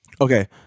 Okay